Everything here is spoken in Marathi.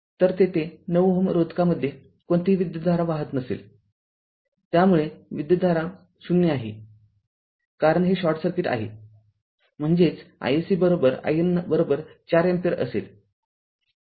तर तेथे ९Ω रोधकामध्ये कोणतीही विद्युतधारा वाहत नसेल त्यामुळे विद्युतधारा ० असेलकारण हे शॉर्ट सर्किट आहे म्हणजेच iSC IN ४अँपिअर असेल